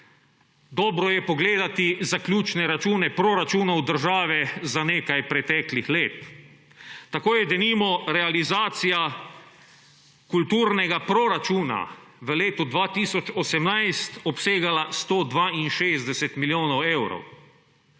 Dobro je pogledati zaključne račune proračunov države za nekaj preteklih let. Tako je, denimo, realizacija kulturnega proračuna v letu 2018 obsegala 162 milijonov evrov.